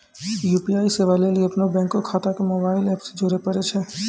UPI सेबा लेली अपनो बैंक खाता के मोबाइल एप से जोड़े परै छै